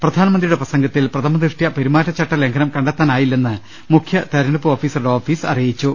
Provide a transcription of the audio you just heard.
പ്രധാനമന്ത്രിയുടെ പ്രസംഗത്തിൽ പ്രഥമദൃഷ്ട്യാ പെരുമാറ്റചട്ടലംഘനം കണ്ടെത്താനായില്ലെന്ന് മുഖ്യ തെരഞ്ഞെടുപ്പ് ഓഫീസറുടെ ഓഫീസ് അറിയിച്ചു